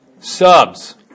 Subs